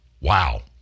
Wow